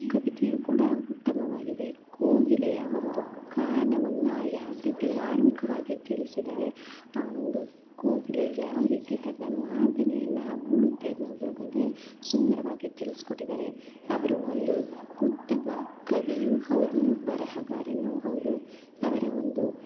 ಕವಿತೆಯು ಕೂಡ ಉತ್ತಮವಾಗಿದೆ ಕೋಗಿಲೆಯ ಒಂದು ಗಾನವನ್ನು ಯಾವ ರೀತಿ ಮಾರ್ಮಿಕವಾಗಿ ತಿಳಿಸಿದ್ದಾರೆ ಆ ಒಂದು ಕೋಗಿಲೆ ಯಾವ ರೀತಿ ತನ್ನ ಮಾರ್ದನಿಯನ್ನು ಮೂಡುತ್ತೆ ಅನ್ನೋದ್ರ ಬಗ್ಗೆ ಸುಂದರವಾಗಿ ತಿಳ್ಸಿಕೊಟ್ಟಿದಾರೆ ಅವರು ಒಂದು ಉತ್ತಮ ಕವಿಯೂ ಹೌದು ಬರಹಗಾರನೂ ಹೌದು ಅವರ ಒಂದು